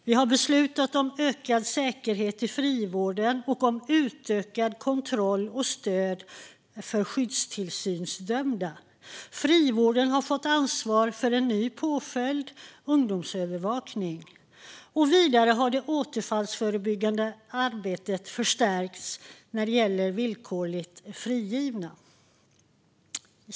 Vi har beslutat om ökad säkerhet i frivården och om utökad kontroll och stöd för skyddstillsynsdömda. Frivården har fått ansvar för en ny påföljd: ungdomsövervakning. Vidare har återfallsförebyggande åtgärder förstärkts när det gäller villkorligt frigivna.